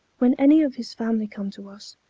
when any of his family come to us,